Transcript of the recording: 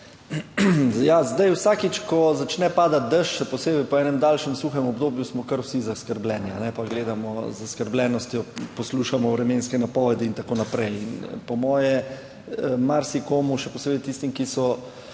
zdaj vsakič, ko začne padati dež, še posebej po enem daljšem suhem obdobju, smo kar vsi zaskrbljeni, pa gledamo z zaskrbljenostjo, poslušamo vremenske napovedi in tako naprej. In po moje marsikomu, še posebej tistim, ki so